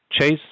chase